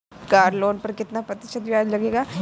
Car loan पर कितना प्रतिशत ब्याज लगेगा?